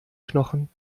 knochen